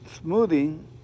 smoothing